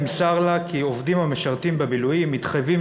נמסר לה כי עובדים המשרתים במילואים מתחייבים